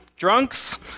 Drunks